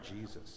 Jesus